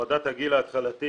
הורדת הגיל ההתחלתי